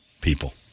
people